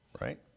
right